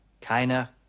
Keiner